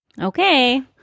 Okay